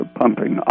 pumping